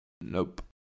nope